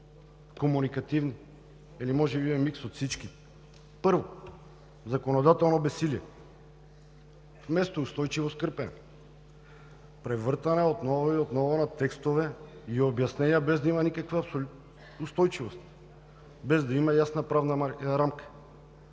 комуникативни или може би е микс от всички? Първо, законодателно безсилие. Вместо устойчиво скрепени, превъртане отново и отново на текстове, обяснения без да има никаква устойчивост и ясна правна рамка.